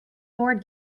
board